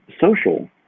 social